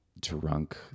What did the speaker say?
drunk